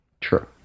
True